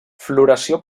floració